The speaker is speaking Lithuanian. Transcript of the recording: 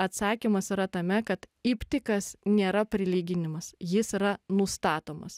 atsakymas yra tame kad iptikas nėra prilyginimas jis yra nustatomas